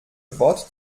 wort